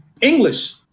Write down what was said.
English